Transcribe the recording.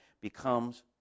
becomes